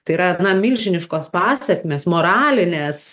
tai yra milžiniškos pasekmės moralinės